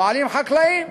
פועלים חקלאיים.